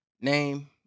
name